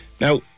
Now